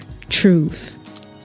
truth